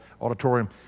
auditorium